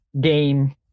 game